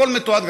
הכול מתועד.